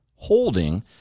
Holding